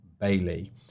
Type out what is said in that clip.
Bailey